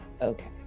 Okay